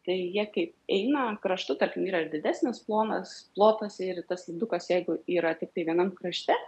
tai jie kaip eina kraštu tarkim yra ir didesnis plonas plotas ir tas lipdukas jeigu yra tiktai vienam krašte